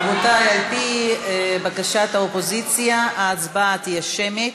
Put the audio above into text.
רבותי, על-פי בקשת האופוזיציה ההצבעה תהיה שמית.